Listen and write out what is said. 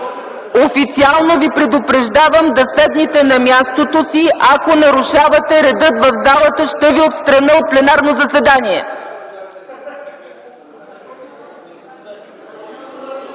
Официално Ви предупреждавам да седнете на мястото си. Ако нарушавате реда в залата, ще Ви отстраня от пленарно заседание.